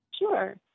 Sure